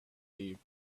deep